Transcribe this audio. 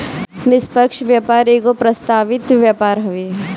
निष्पक्ष व्यापार एगो प्रस्तावित व्यापार हवे